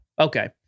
okay